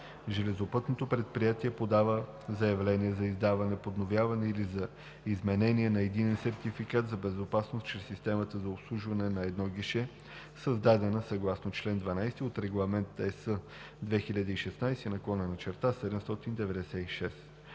Железопътното предприятие подава заявление за издаване, подновяване или за изменение на единен сертификат за безопасност чрез системата за обслужване на едно гише, създадена съгласно член 12 от Регламент (ЕС) 2016/796.